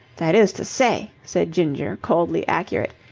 that is to say, said ginger, coldly accurate,